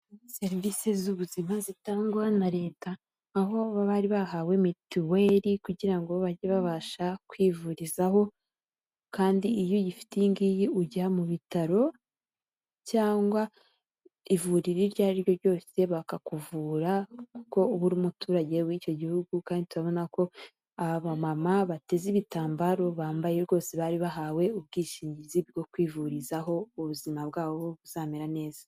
Serivisi z'ubuzima zitangwa na leta aho bari bahawe mituweli kugira ngo bajye babasha kwivurizaho kandi iyo uyifite iyingiyi ujya mu bitaro cyangwa ivuriro iryo ari ryo ryose bakakuvura kuko uri umuturage w'icyo gihugu kandi utabona ko abamama bateze ibitambaro bambaye rwose bari bahawe ubwishingizi bwo kwivurizaho ubuzima bwabo buzamera neza.